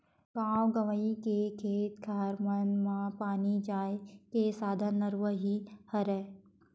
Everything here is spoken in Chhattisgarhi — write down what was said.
गाँव गंवई के खेत खार मन म पानी जाय के साधन नरूवा ही हरय